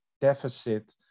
deficit